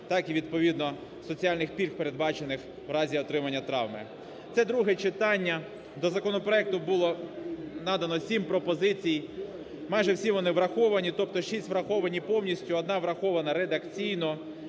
так і відповідно соціальних пільг, передбачених в разі отримання травми. Це друге читання. До законопроекту було надано 7 пропозицій. Майже всі вони враховані. Тобто 6 враховані повністю, одна врахована редакційно.